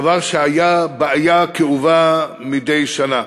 דבר שהיה בעיה כאובה מדי שנה.